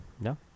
No